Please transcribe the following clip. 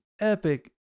epic